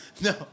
No